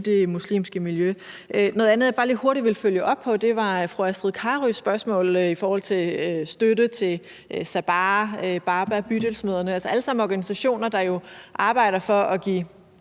det muslimske miljø. Noget andet, jeg bare lige hurtigt ville følge op på, er fru Astrid Carøes spørgsmål om støtte til Sabaah, Baba og Bydelsmødrene, som jo alle sammen er organisationer, der arbejder for at give